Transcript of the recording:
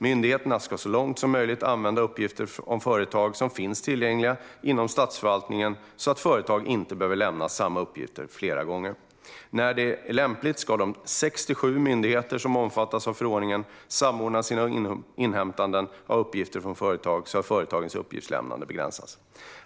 Myndigheterna ska så långt möjligt använda uppgifter om företag som finns tillgängliga inom statsförvaltningen, så att företag inte behöver lämna samma uppgifter flera gånger. När det är lämpligt ska de 67 myndigheter som omfattas av förordningen samordna sina inhämtanden av uppgifter från företag, så att företagens uppgiftslämnande begränsas.